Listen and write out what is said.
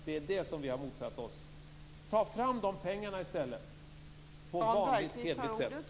Det är det som vi har motsatt oss. Ta i stället fram de pengarna på ett vanligt, hederligt sätt, Jan Bergqvist!